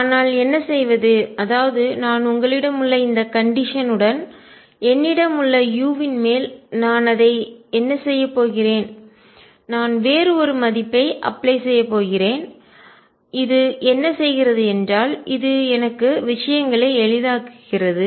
ஆனால் என்ன செய்வதுஅதாவது நான் உங்களிடம் உள்ள இந்த கண்டிஷன் உடன் நிபந்தனை என்னிடம் உள்ள u வின் மேல் நான் அதை என்ன செய்யப் போகிறேன் நான் வேறு ஒரு மதிப்பை அப்ளை செய்யப்போகிறேன் இது என்ன செய்கிறது என்றால் இது எனக்கு விஷயங்களை எளிதாக்குகிறது